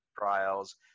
trials